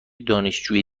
دانشجویی